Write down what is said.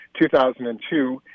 2002